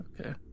Okay